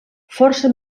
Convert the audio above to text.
força